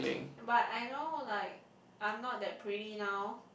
but I know like I'm not that pretty now